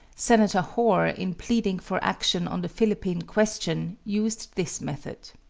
senator hoar, in pleading for action on the philippine question, used this method